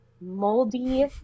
moldy